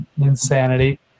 insanity